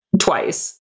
twice